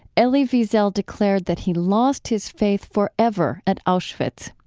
elie wiesel declared that he lost his faith forever at auschwitz.